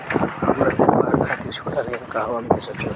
हमरा त्योहार खातिर छोटा ऋण कहवा मिल सकेला?